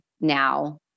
now